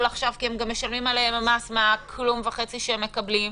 כי הם משלמים עליהם מס מהכלום וחצי שהם מקבלים.